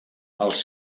els